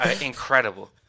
incredible